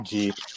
Jeep